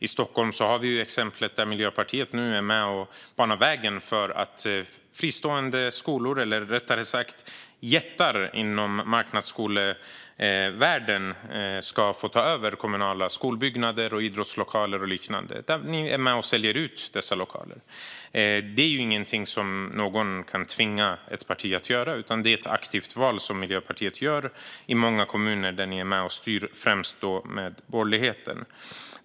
I Stockholm har vi exemplet där Miljöpartiet nu är med och banar väg för att fristående skolor - rättare sagt jättar inom marknadsskolevärlden - ska få ta över kommunala skolbyggnader, idrottslokaler och liknande. Ni är med och säljer ut dessa lokaler. Det är ingenting som någon kan tvinga ett parti att göra, utan det är ett aktivt val som Miljöpartiet gör i många kommuner där ni är med och styr, främst med borgerligheten.